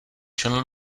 člen